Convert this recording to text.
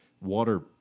water